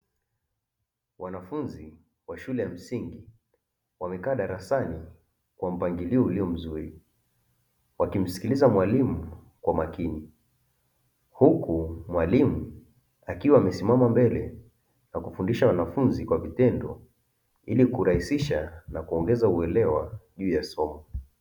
Wanafunzi wa shule ya msingi wamekaa darasani kwa mpangilio ulio mzuri wakimsikiliza mwalimu kwa makini huku mwalimu akiwa amesimama mbele na kufundisha wanafunzi kwa vitendo ili kurahisisha na kuongeza uelewa juu ya somo.